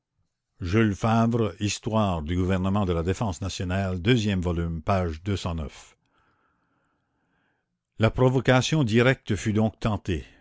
jules favre histoire du gouvernement de la défense nationale page a provocation directe fut donc tentée